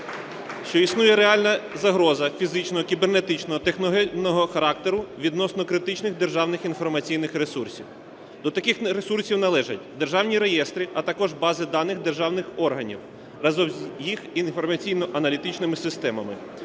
що існує реальна загроза фізичного, кібернетичного, техногенного характеру відносно критичних державних інформаційних ресурсів. До таких ресурсів належать: державні реєстри, а також бази даних державних органів разом з їх інформаційно-аналітичними системами,